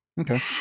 Okay